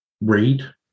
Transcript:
read